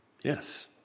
Yes